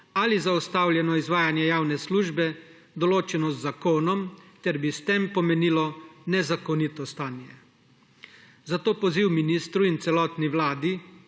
ali zaustavljeno izvajanje javne službe, določeno z zakonom, ter bi s tem pomenilo nezakonito stanje. Zato poziv ministru in celotni vladi,